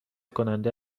کننده